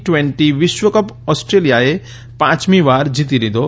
વેન્તી વિશ્વકપ ઓસ્ટ્રેલિયાએ પાંચમી વાર જીતી લીધો